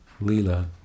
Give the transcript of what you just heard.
lila